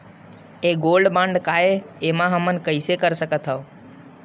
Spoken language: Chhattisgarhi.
ये गोल्ड बांड काय ए एमा हमन कइसे कर सकत हव?